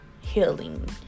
healing